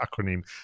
acronym